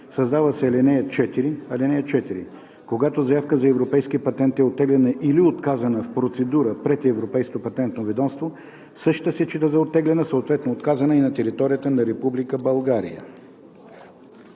Създава се ал. 4: „(4) Когато заявка за европейски патент е оттеглена или отказана в процедура пред Европейското патентно ведомство, същата се счита за оттеглена, съответно отказана и на територията на Република България.“